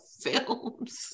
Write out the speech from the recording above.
films